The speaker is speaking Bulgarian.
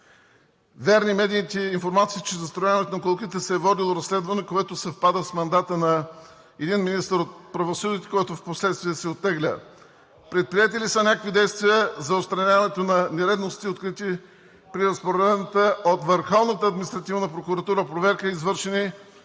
верни медийните информации, че застрояването на „Колокита“ се е водело разследване, което съвпада с мандата на един министър на правосъдието, който впоследствие се оттегля? Предприети ли са някакви действия за отстраняването на нередности, открити при разпоредената от Върховната административна прокуратура проверка, извършена